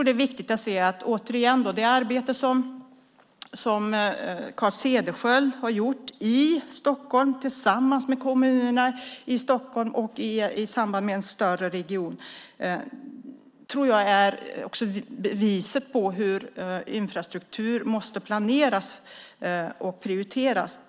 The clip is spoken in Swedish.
Det är viktigt att se, återigen, att det arbete som Carl Cederschiöld har gjort i Stockholm tillsammans med kommunerna i Stockholm och i samband med en större region är beviset på hur infrastruktur måste planeras och prioriteras.